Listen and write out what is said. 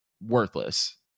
worthless